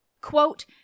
Quote